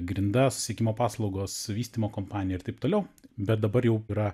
grinda susisiekimo paslaugos vystymo kompanija ir taip toliau bet dabar jau yra